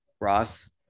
ross